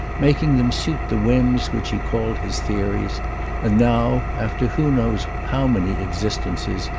making them suit the whims which he called his theories and now, after who knows how many existences,